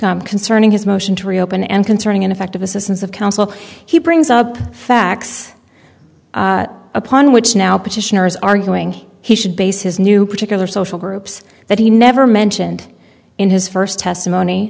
concerning his motion to reopen and concerning ineffective assistance of counsel he brings up facts upon which now petitioners arguing he should base his new particular social groups that he never mentioned in his first testimony